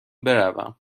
بروم